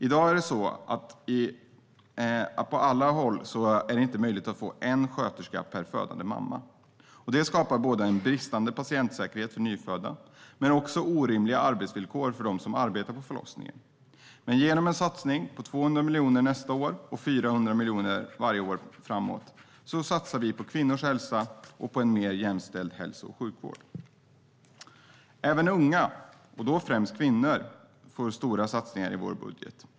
I dag är det på många håll inte möjligt att få en sköterska per födande mamma. Det skapar både bristande patientsäkerhet för de nyfödda och orimliga arbetsvillkor för dem som arbetar på förlossningen. Genom en satsning på 200 miljoner nästa år och 400 miljoner varje år framåt satsar vi på kvinnors hälsa och på en mer jämställd hälso och sjukvård. Även unga, främst kvinnor, får stora satsningar i vår budget.